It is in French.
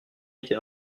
était